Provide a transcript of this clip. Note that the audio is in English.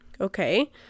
Okay